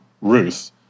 Ruth